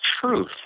truth